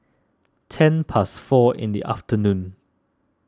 ten past four in the afternoon